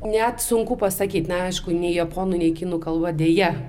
net sunku pasakyti neaišku nei japonų nei kinų kalba deja